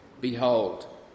Behold